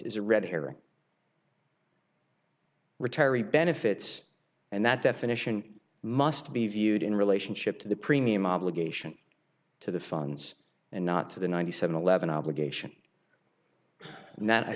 is a red herring retiree benefits and that definition must be viewed in relationship to the premium obligation to the funds and not to the ninety seven eleven obligation